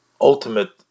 ultimate